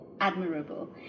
admirable